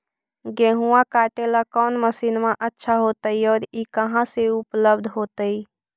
गेहुआ काटेला कौन मशीनमा अच्छा होतई और ई कहा से उपल्ब्ध होतई?